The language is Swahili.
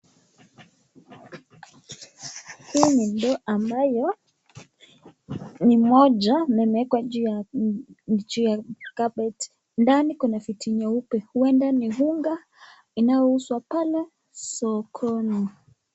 Hii ni ndoo ambayo ni moja na imewekwa juu ya kabati ndani ni siti nyeupe uenda ni funga inayouzwa pale sokoni.